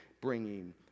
bringing